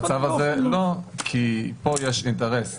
לא, כי כאן יש אינטרס ציבורי,